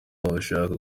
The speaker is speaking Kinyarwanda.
abashaka